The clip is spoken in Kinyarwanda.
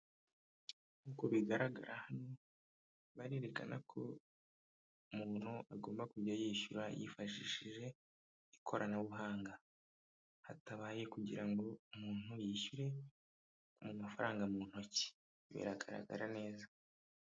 Nkuko bigaragara hano barerekana ko umuntu agomba kujya yishyura yifashishije ikoranabuhanga, hatabaye kugira ngo umuntu yishyure mu mafaranga mu ntoki, biragaragara neza.